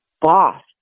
boss